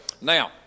Now